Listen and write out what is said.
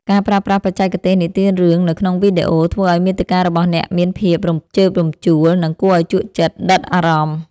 ការប្រើប្រាស់បច្ចេកទេសនិទានរឿងនៅក្នុងវីដេអូ ធ្វើឱ្យមាតិការបស់អ្នកមានភាពរំជើបរំជួល និងគួរឱ្យជក់ចិត្តដិតអារម្មណ៍។